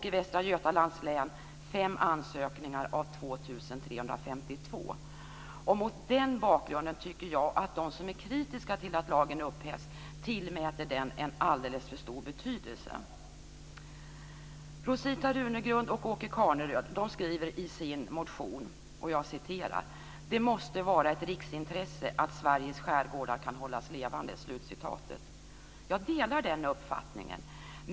I Västra Götalands län har det gällt fem ansökningar av 2 352. Mot den bakgrunden tycker jag att de som är kritiska till att lagen upphävs tillmäter den en alldeles för stor betydelse. Rosita Runegrund och Åke Carnerö skriver i sin motion "Det måste vara ett riksintresse att Sveriges skärgårdar kan hållas levande." Jag delar den uppfattningen.